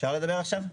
אפשר לדבר עכשיו?